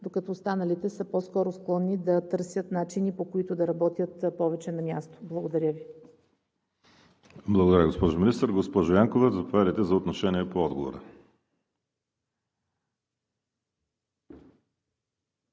докато останалите са по-скоро склонни да търсят начини, по които да работят повече намясто. Благодаря Ви. ПРЕДСЕДАТЕЛ ВАЛЕРИ СИМЕОНОВ: Благодаря, госпожо Министър. Госпожо Янкова, заповядайте за отношение по отговора.